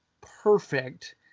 perfect